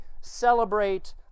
celebrate